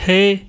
Hey